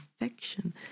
affection